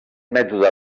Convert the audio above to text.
mètode